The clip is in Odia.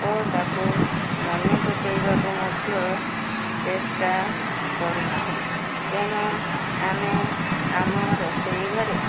ଓ ତା'କୁ ମନେ ପକାଇବାକୁ ମଧ୍ୟ ଚେଷ୍ଟା କରୁ ନାହୁଁ ତେଣୁ ଆମେ ଆମ ରୋଷେଇ ଘରେ